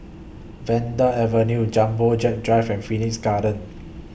Vanda Avenue Jumbo Jet Drive and Phoenix Garden